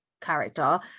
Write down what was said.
character